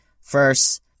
First